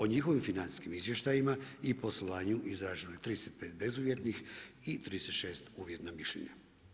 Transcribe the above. O njihovim financijskim izvještajima i poslovanju izraženo je 35 bezuvjetnih i 36 uvjetna mišljenja.